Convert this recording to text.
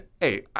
hey